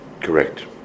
Correct